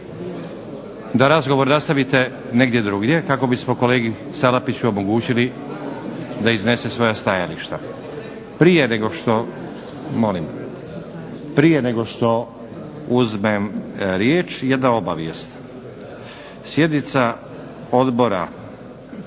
da razgovor nastavite negdje drugdje kako bismo kolegi Salapiću omogućili da iznese svoja stajališta. Prije nego što uzme riječ jedna obavijest. Sjednica Odbora